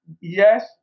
Yes